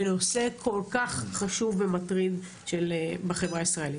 בנושא כל-כך חשוב ומטריד בחברה הישראלית.